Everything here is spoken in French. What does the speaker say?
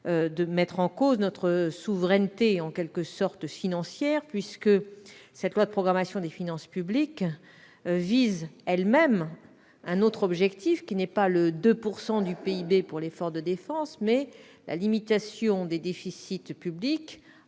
de remettre en cause notre souveraineté financière. En effet, la loi de programmation des finances publiques vise elle-même un autre objectif, qui n'est pas 2 % du PIB pour l'effort de défense, mais la limitation des déficits publics